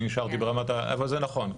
אני נשארתי ברמת אבל זה נכון,